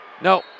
No